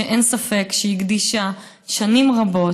שאין ספק שהקדישה שנים רבות,